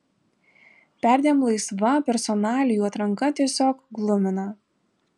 perdėm laisva personalijų atranka tiesiog glumina